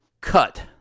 cut